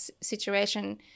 situation